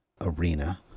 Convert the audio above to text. arena